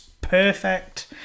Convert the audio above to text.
Perfect